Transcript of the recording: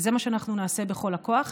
וזה מה שאנחנו נעשה בכל הכוח.